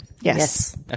Yes